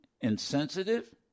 insensitive